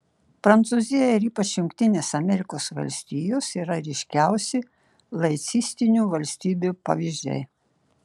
prancūzija ir ypač jungtinės amerikos valstijos yra ryškiausi laicistinių valstybių pavyzdžiai